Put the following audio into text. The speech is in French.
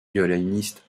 violoniste